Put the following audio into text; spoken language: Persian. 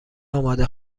آماده